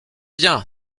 bien